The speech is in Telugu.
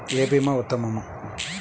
ఏ భీమా ఉత్తమము?